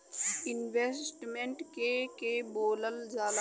Investment के के बोलल जा ला?